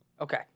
okay